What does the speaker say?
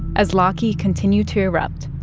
as laki continued to erupt,